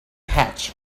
hatch